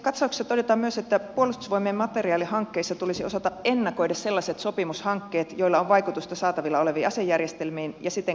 katsauksessa todetaan myös että puolustusvoimien materiaalihankkeissa tulisi osata ennakoida sellaiset sopimushankkeet joilla on vaikutusta saatavilla oleviin asejärjestelmiin ja siten kansalliseen puolustussuunnitteluun